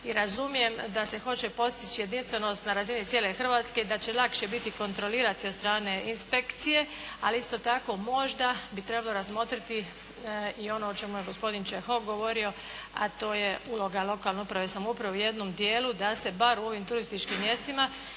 razumijem da se hoće postići jedinstvenost na razini cijele Hrvatske i da će lakše biti kontrolirati sa strane inspekcije, ali isto tako možda bi trebalo razmotriti i ono o čemu je gospodin Čehok govorio, a to je uloga lokalne uprave i samouprave u jednom dijelu, da se bar u ovim turističkim mjestima,